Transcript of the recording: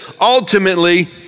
Ultimately